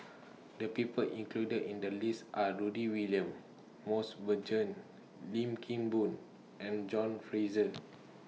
The People included in The list Are Rudy William Mosbergen Lim Kim Boon and John Fraser